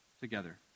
together